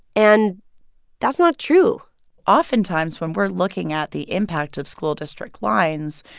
and that's not true oftentimes, when we're looking at the impact of school district lines,